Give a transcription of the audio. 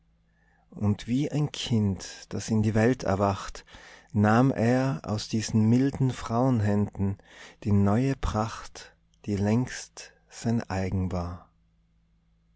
und wie ein kind das in die welt erwacht nahm er aus diesen milden frauenhänden die neue pracht die längst sein eigen war